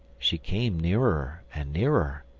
she came nearer and nearer.